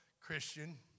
Christian